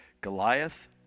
Goliath